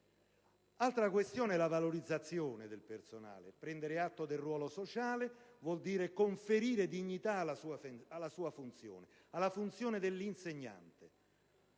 Altra questione è la valorizzazione del personale: prendere atto del ruolo sociale vuol dire conferire dignità alla sua funzione, alla funzione dell'insegnante,